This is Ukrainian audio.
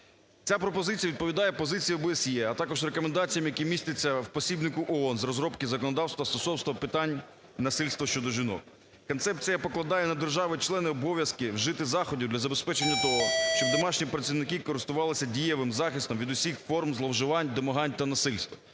Ця пропозиція відповідає позиції ОБСЄ, а також рекомендаціям, які містяться в посібнику ООН з розробки законодавства стосовно питань насильства щодо жінок. Концепція покладає на держави-члени обов'язки вжити заходів для забезпечення того, щоб домашні працівники користувалися дієвим захистом від всіх форм зловживань, домагань та насильства.